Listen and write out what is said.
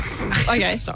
Okay